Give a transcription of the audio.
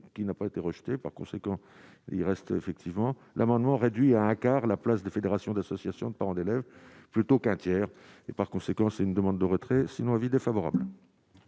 qui n'a pas été rejetée par conséquent il reste effectivement l'amendement réduit à un quart la place de fédération d'associations de parents d'élèves plutôt qu'un tiers, et par conséquent c'est une demande de retrait sinon avis défavorable.